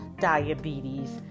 diabetes